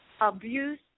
abuse